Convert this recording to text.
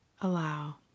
allow